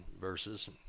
verses